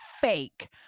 fake